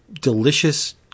delicious